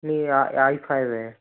नहीं I five है